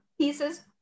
pieces